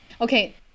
Okay